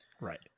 Right